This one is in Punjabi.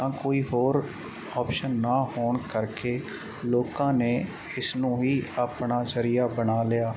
ਤਾਂ ਕੋਈ ਹੋਰ ਔਪਸ਼ਨ ਨਾ ਹੋਣ ਕਰਕੇ ਲੋਕਾਂ ਨੇ ਇਸ ਨੂੰ ਹੀ ਆਪਣਾ ਜ਼ਰੀਆ ਬਣਾ ਲਿਆ